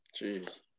Jeez